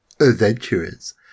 adventurers